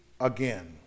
again